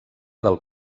del